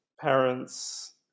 parents